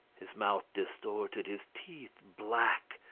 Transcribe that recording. his mouth distorted, his teeth black,